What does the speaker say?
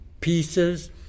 pieces